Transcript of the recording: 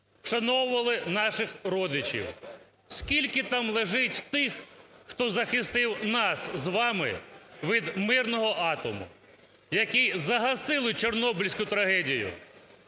вшановували наших родичів. Скільки там лежить тих, хто захистив нас з вами від мирного атому, які загасили Чорнобильську трагедію.